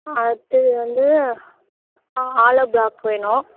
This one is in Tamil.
அடுத்தது வந்து ஆலு ப்லாக் வேணும்